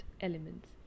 elements